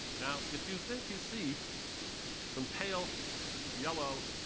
now, if you think you see some pale yellow